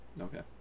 Okay